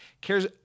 cares